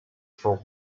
for